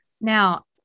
Now